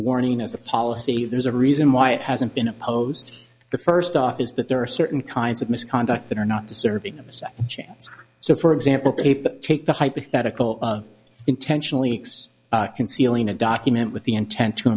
warning as a policy there's a reason why it hasn't been opposed the first off is that there are certain kinds of misconduct that are not deserving of a second chance so for example take the hypothetical of intentionally concealing a document with the intent